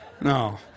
No